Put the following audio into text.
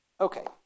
Okay